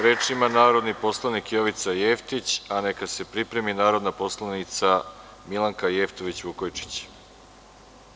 Reč ima narodni poslanik Jovica Jevtić, a neka se pripremi narodna poslanica Milanka Jevtović Vukojičić.